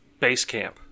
Basecamp